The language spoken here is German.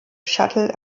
shuttle